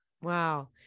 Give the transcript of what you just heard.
Wow